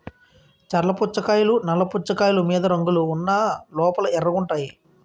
చర్ల పుచ్చకాయలు నల్ల పుచ్చకాయలు మీద రంగులు ఉన్న లోపల ఎర్రగుంటాయి